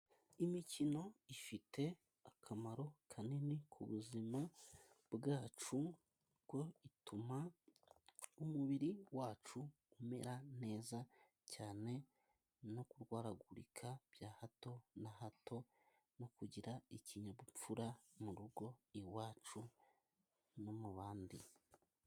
Imikino ifite akamaro kanini ku buzima bwacu, kuko ituma umubiri wacu umera neza cyane, no kurwaragurika bya hato na hato, no kugira ikinyabupfura mu rugo iwacu no mu bandi.